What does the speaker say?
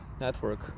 network